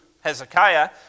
Hezekiah